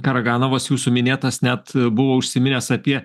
karaganavas jūsų minėtas net buvo užsiminęs apie